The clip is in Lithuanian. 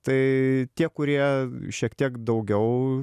tai tie kurie šiek tiek daugiau